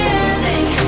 ending